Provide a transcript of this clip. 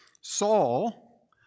Saul